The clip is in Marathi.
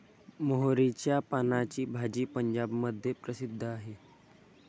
मोहरीच्या पानाची भाजी पंजाबमध्ये प्रसिद्ध आहे